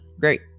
Great